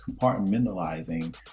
compartmentalizing